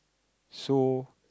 so